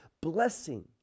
blessing